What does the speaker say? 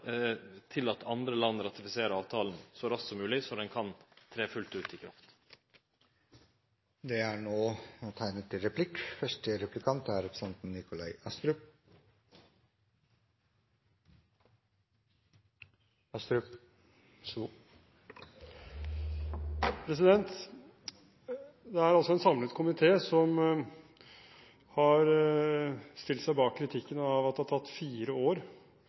til at andre land ratifiserer avtalen så raskt som mogleg, så han kan tre i kraft fullt ut. Det blir replikkordskifte. Det er altså en samlet komité som har stilt seg bak kritikken av at det har tatt fire år